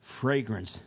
fragrance